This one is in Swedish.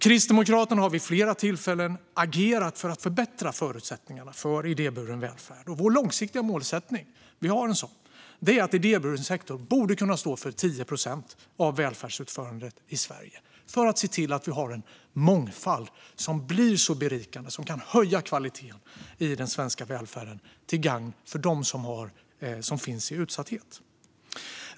Kristdemokraterna har vid flera tillfällen agerat för att förbättra förutsättningarna för idéburen välfärd. Vår långsiktiga målsättning - vi har en sådan - är att idéburen sektor borde kunna stå för 10 procent av välfärdsutförandet i Sverige för att se till att vi har en mångfald som blir berikande och kan höja kvaliteten i den svenska välfärden till gagn för dem som finns i utsatthet.